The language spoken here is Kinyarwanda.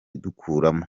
dukuramo